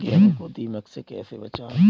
गेहूँ को दीमक से कैसे बचाएँ?